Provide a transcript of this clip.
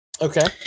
Okay